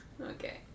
Okay